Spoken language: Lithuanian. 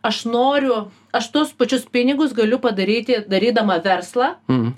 aš noriu aš tuos pačius pinigus galiu padaryti darydama verslą